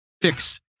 fix